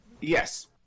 Yes